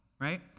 right